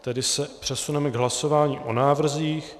Tedy se přesuneme k hlasování o návrzích.